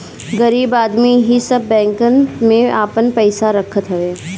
गरीब आदमी एही सब बैंकन में आपन पईसा रखत हवे